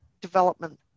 development